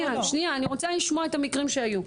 אני רוצה לשמוע את המקרים שהיו.